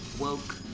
Woke